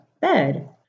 bed